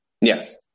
Yes